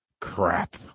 crap